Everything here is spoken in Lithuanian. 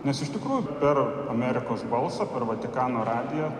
nes iš tikrųjų per amerikos balsą per vatikano radiją